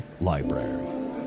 Library